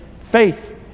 faith